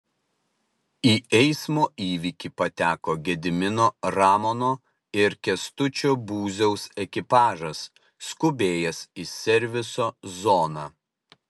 į eismo įvykį pateko gedimino ramono ir kęstučio būziaus ekipažas skubėjęs į serviso zoną